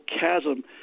chasm